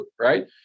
right